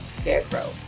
Scarecrow